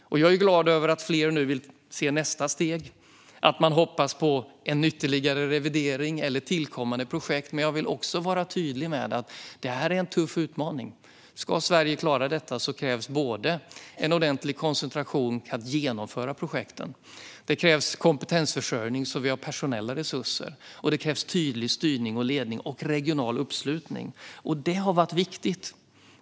Jag är glad över att fler nu vill se nästa steg och att man hoppas på en ytterligare revidering eller tillkommande projekt, men jag vill också vara tydlig med att detta är en tuff utmaning. Ska Sverige klara detta krävs en ordentlig koncentration på att genomföra projekten. Det krävs kompetensförsörjning så att vi har personella resurser. Det krävs också tydlig styrning och ledning samt regional uppslutning. Det har varit viktigt.